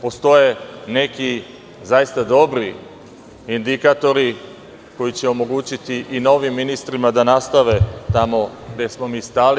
Postoje neki zaista dobri indikatori koji će omogućiti i novim ministrima da nastave tamo gde smo mi stali.